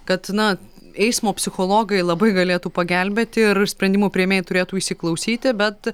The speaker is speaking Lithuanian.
kad na eismo psichologai labai galėtų pagelbėti ir sprendimų priėmėjai turėtų įsiklausyti bet